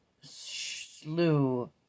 slew